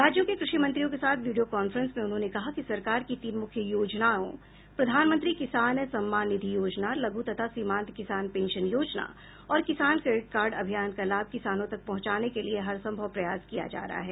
राज्यों के कृषि मंत्रियों के साथ वीडियो कांफ्रेंस में उन्होंने कहा कि सरकार की तीन मुख्य योजनाओं प्रधानमंत्री किसान सम्मान निधि योजना लघु तथा सीमांत किसान पेंशन योजना और किसान क्रेडिट कार्ड अभियान का लाभ किसानों तक पहुंचाने के लिए हरसंभव प्रयास किया जा रहा है